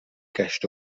گشت